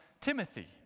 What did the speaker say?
Timothy